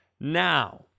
Now